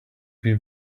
been